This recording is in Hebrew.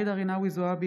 ג'ידא רינאוי זועבי,